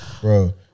Bro